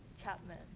chapman.